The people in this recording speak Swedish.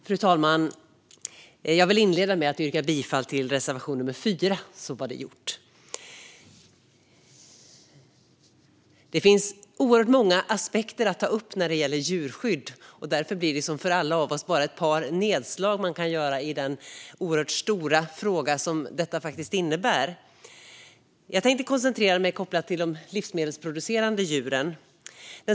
Fru talman! Jag vill inleda med att yrka bifall till reservation nummer 4, så var det gjort. Det finns oerhört många aspekter att ta upp när det gäller djurskydd. Därför blir det, som för oss alla, bara ett par nedslag man kan göra i den oerhört stora fråga som detta faktiskt är. Jag tänkte koncentrera mig på frågor kopplade till de livsmedelsproducerande djuren.